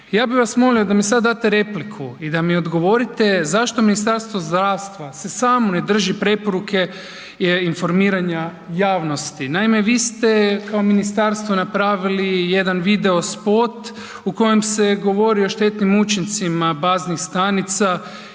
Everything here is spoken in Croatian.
Ja bi vas molio da mi sad date repliku i da mi odgovorite zašto Ministarstvo zdravstva se samo ne drži preporuke informiranja javnosti? Naime, vi ste kao ministarstvo napravili jedan video spot u kojem se govori o štetnim učincima baznih stanica